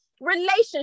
relationship